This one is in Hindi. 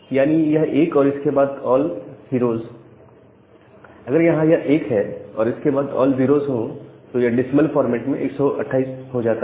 यानी यह 1 और इसके बाद ऑल 0s अगर यहां यह 1 है और इसके बाद ऑल 0s तो यह डेसिमल फॉर्मेट में 128 हो जाता है